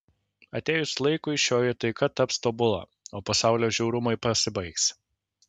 atėjus laikui šioji taika taps tobula o pasaulio žiaurumai pasibaigs